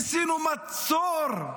ניסינו מצור,